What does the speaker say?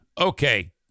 Okay